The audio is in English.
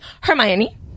Hermione